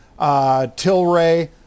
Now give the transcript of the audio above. Tilray